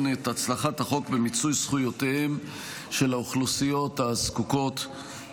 את הצלחת החוק במיצוי זכויותיהם של האוכלוסיות הזקוקות